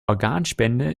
organspende